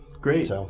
Great